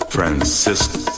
Francisco